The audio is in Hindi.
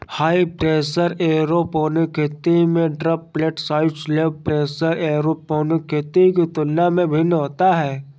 हाई प्रेशर एयरोपोनिक खेती में droplet size low pressure aeroponic खेती के तुलना में भिन्न होता है